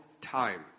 time